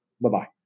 Bye-bye